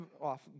off